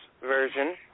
version